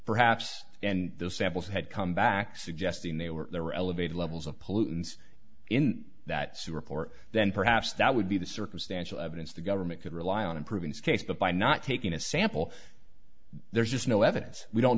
perhaps and the samples had come back suggesting they were elevated levels of pollutants in that same report then perhaps that would be the circumstantial evidence the government could rely on improving its case but by not taking a sample there's just no evidence we don't